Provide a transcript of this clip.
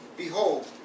Behold